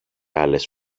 άλλες